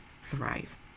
thrive